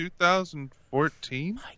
2014